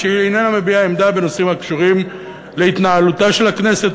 כפי שהיא איננה מביעה עמדה בנושאים הקשורים להתנהלותה של הכנסת,